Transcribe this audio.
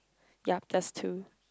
ya just two